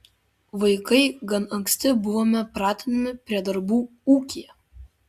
vaikai gan anksti buvome pratinami prie darbų ūkyje